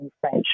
French